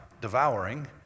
devouring